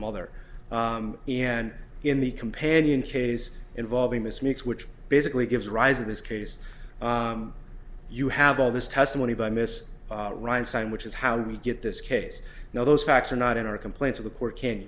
mother and in the companion case involving this mix which basically gives rise to this case you have all this testimony by miss rand's time which is how we get this case now those facts are not in our complaints of the court can't